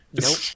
Nope